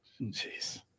jeez